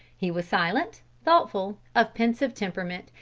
he was silent, thoughtful, of pensive temperament,